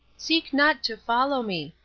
seek not to follow me.